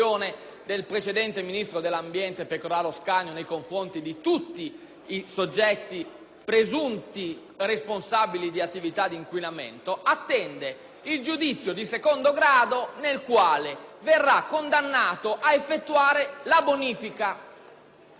presunti responsabili di attività di inquinamento, il giudizio di secondo grado, nel quale verrà condannato ad effettuare la bonifica che liberamente si assume come obbligo nell'ambito di una procedura concertativa.